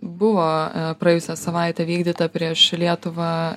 buvo praėjusią savaitę vykdyta prieš lietuvą